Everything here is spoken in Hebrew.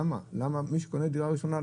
למה מי שקונה דירה ראשונה,